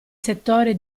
settore